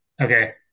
Okay